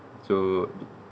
so